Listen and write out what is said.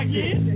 Again